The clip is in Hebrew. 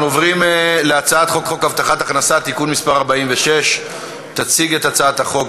אנחנו עוברים להצעת חוק הבטחת הכנסה (תיקון מס' 46). תציג את הצעת החוק,